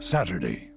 Saturday